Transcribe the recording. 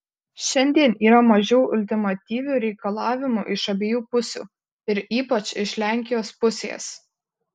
šiandien yra mažiau ultimatyvių reikalavimų iš abiejų pusių ir ypač iš lenkijos pusės